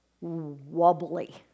wobbly